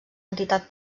entitat